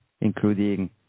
including